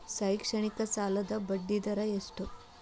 ಶೈಕ್ಷಣಿಕ ಸಾಲದ ಬಡ್ಡಿ ದರ ಎಷ್ಟು?